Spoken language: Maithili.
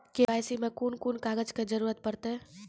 के.वाई.सी मे कून कून कागजक जरूरत परतै?